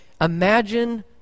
imagine